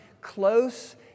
close